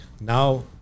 now